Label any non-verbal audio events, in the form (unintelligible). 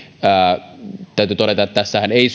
täytyy todeta että tässähän ei (unintelligible)